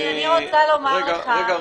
רגע,